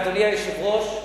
אדוני היושב-ראש,